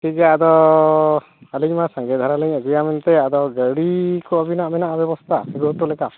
ᱴᱷᱤᱠ ᱜᱮᱭᱟ ᱟᱫᱚ ᱟᱹᱞᱤᱧ ᱢᱟ ᱥᱟᱸᱜᱮ ᱫᱷᱟᱨᱟᱞᱤᱧ ᱟᱹᱜᱩᱭᱟ ᱢᱮᱱᱛᱮ ᱟᱫᱚ ᱜᱟᱹᱰᱤ ᱠᱚ ᱟᱹᱵᱤᱱᱟᱜ ᱢᱮᱱᱟᱜᱼᱟ ᱵᱮᱵᱚᱥᱛᱷᱟ ᱟᱹᱜᱩ ᱦᱚᱴᱚ ᱞᱮᱠᱟ